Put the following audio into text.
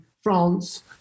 France